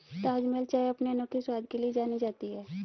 ताजमहल चाय अपने अनोखे स्वाद के लिए जानी जाती है